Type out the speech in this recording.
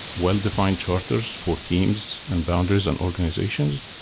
well-defined charters for teams and boundaries and organizations,